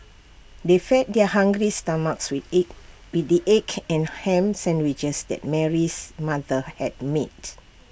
they fed their hungry stomachs with egg with the egg and Ham Sandwiches that Mary's mother had made